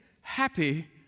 happy